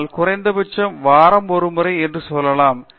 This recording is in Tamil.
ஆனால் குறைந்தபட்சம் வாரம் ஒரு முறை என்று சொல்லலாம்